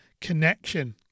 connection